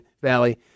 Valley